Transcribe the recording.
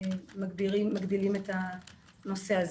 מגדילים את הנושא הזה.